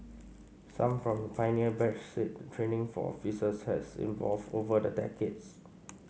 some from the pioneer batch said the training for officers has evolved over the decades